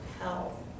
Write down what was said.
health